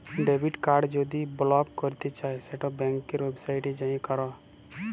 debit card যদি বলক ক্যরতে চাই সেট ব্যাংকের ওয়েবসাইটে যাঁয়ে ক্যর